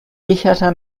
kicherte